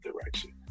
direction